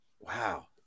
Wow